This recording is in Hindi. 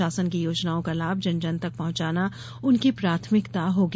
शासन की योजनाओं का लाभ जन जन तक पहुंचाना उनकी प्राथमिकता होगी